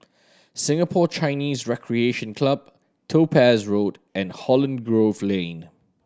Singapore Chinese Recreation Club Topaz Road and Holland Grove Lane